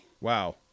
Wow